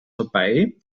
vorbei